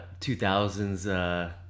2000s